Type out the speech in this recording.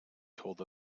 told